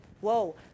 Whoa